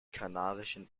kanarischen